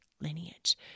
lineage